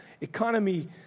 economy